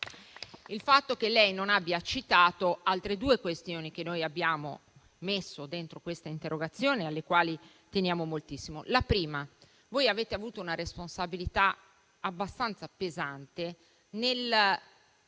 il fatto che lei non abbia citato altre due questioni che abbiamo trattato in questa interrogazione e alle quali teniamo moltissimo. Avete avuto una responsabilità abbastanza pesante nel